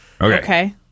Okay